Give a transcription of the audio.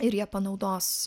ir jie panaudos